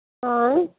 آ